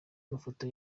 mafoto